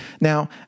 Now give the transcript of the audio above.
Now